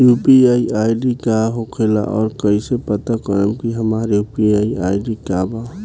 UPI ID का होखेला और कईसे पता करम की हमार यू.पी.आई आई.डी का बा?